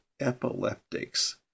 epileptics